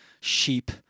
sheep